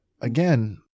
again